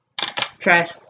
Trash